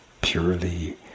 purely